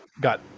got